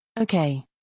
Okay